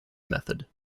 method